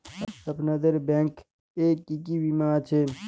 আপনাদের ব্যাংক এ কি কি বীমা আছে?